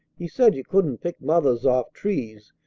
he said you couldn't pick mothers off trees,